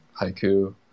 haiku